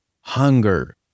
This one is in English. hunger